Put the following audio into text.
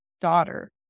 daughter